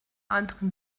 anderen